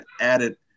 added